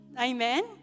amen